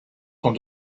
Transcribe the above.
con